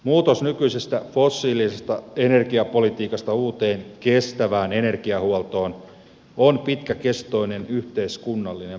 muutos nykyisestä fossiilisesta energiapolitiikasta uuteen kestävään energiahuoltoon on pitkäkestoinen yhteiskunnallinen prosessi